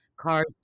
Cars